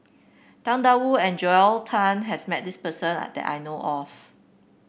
Tang Da Wu and Joel Tan has met this person and that I know of